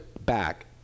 back